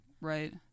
Right